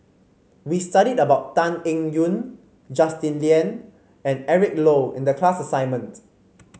we studied about Tan Eng Yoon Justin Lean and Eric Low in the class assignment